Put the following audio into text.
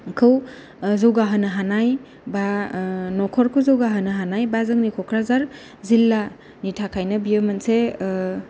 खौ जौगाहोनो हानाय बा न'खरखौ जौगाहोनो हानाय बा जोंनि क'क्राझार जिल्लानि थाखायनो बियो मोनसे